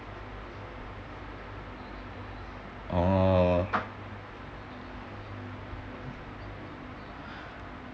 oh